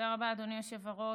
תודה רבה, אדוני היושב-ראש.